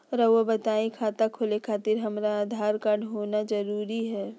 रउआ बताई खाता खोले खातिर हमरा आधार कार्ड होना जरूरी है?